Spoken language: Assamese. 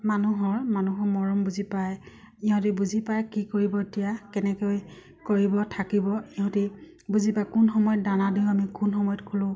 মানুহৰ মানুহৰ মৰম বুজি পায় ইহঁতি বুজি পায় কি কৰিব এতিয়া কেনেকৈ কৰিব থাকিব ইহঁতি বুজি পায় কোন সময়ত দানা দিওঁ আমি কোন সময়ত খোলোঁ